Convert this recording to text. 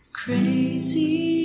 crazy